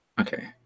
Okay